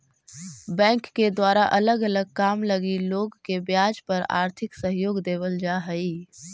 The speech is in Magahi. बैंक के द्वारा अलग अलग काम लगी लोग के ब्याज पर आर्थिक सहयोग देवल जा हई